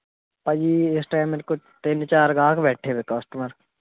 ਭਾ ਜੀ ਇਸ ਟਾਇਮ ਮੇਰੇ ਕੋਲ ਤਿੰਨ ਚਾਰ ਗਾਹਕ ਬੈਠੇ ਵੇ ਕਸਟਮਰ